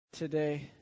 today